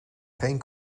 geen